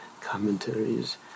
commentaries